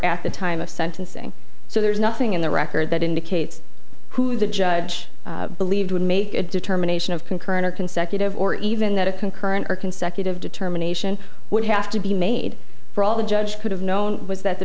at the time of sentencing so there's nothing in the record that indicates who the judge believed would make a determination of concurrent or consecutive or even that a concurrent or consecutive determination would have to be made for all the judge could have known was that the